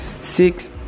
six